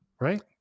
right